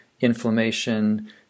inflammation